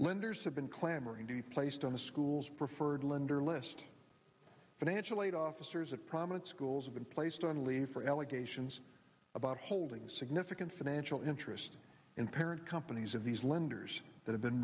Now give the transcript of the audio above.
lenders have been clamoring to be placed on the school's preferred lender list financial aid officers of prominent schools have been placed on leave for allegations about holding significant financial interest in parent companies of these lenders that have been